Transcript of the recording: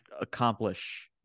accomplish